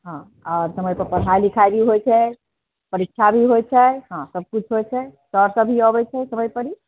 हँ आओर समयपर पढ़ाइ लिखाइ भी होइत छै परीछा भी होइत छै हँ सब किछु होइत छै सर सब भी अबैत छै समय परी